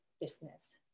business